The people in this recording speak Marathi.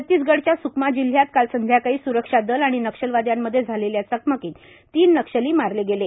छतीसगडच्या स्कमा जिल्ह्यात काल संध्याकाळी स्रक्षा दल आणि नक्षलवाद्यांमध्ये झालेल्या चकमकीत तीन नक्षली मारले गेले